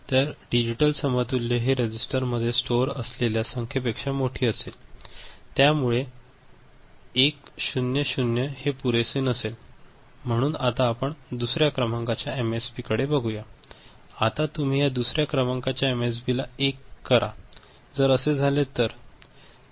तर डिजिटल समतुल्य हे रजिस्टर मध्ये स्टोर असलेल्या संख्येपेक्षा मोठी असेल त्या मुळे 1 0 0 0 हे पुरेसे नसेल म्हणून आता आपण दुसऱ्या क्रमांकाच्या एमएसबी कडे बघूया आता तुम्ही या दुसऱ्या क्रमांकाच्या एमएसबी ला 1 करा जर असे झाले तर